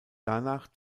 danach